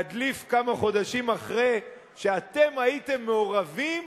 להדליף כמה חודשים אחרי שאתם הייתם מעורבים,